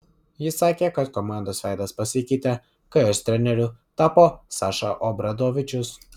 jis sakė kad komandos veidas pasikeitė kai jos treneriu tapo saša obradovičius